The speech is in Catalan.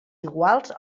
iguals